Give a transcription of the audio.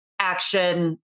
action